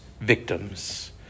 victims